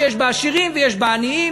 שיש בה עשירים ויש עניים,